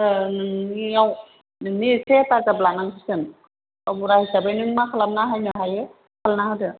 नोंनियाव नोंनि एसे हेफाजाब लानांसिगोन गावबुरा हिसाबै नों मा खालामना होनो हायो